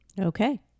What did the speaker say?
Okay